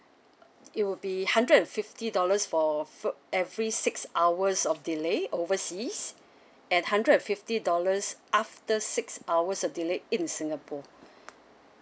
it would be hundred fifty dollars for fir~ every six hours of delay overseas and hundred fifty dollars after six hours of delay in singapore